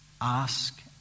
Ask